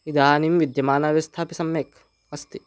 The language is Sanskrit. इदानीं विद्यमानव्यवस्थापि सम्यक् अस्ति